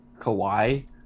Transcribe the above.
Kawhi